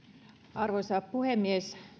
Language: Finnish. arvoisa puhemies